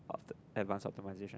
after advanced optimisation